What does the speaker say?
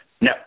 No